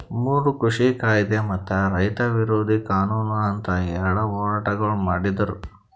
ಮೂರು ಕೃಷಿ ಕಾಯ್ದೆ ಮತ್ತ ರೈತ ವಿರೋಧಿ ಕಾನೂನು ಅಂತ್ ಎರಡ ಹೋರಾಟಗೊಳ್ ಮಾಡಿದ್ದರು